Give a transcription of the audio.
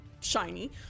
shiny